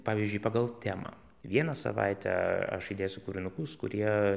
pavyzdžiui pagal temą vieną savaitę aš įdėsiu kūrinukus kurie